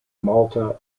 malta